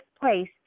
place